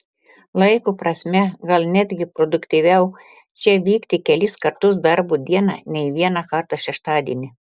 laiko prasme gal netgi produktyviau čia vykti kelis kartus darbo dieną nei vieną kartą šeštadienį